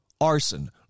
arson